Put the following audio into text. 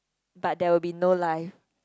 but there will be no life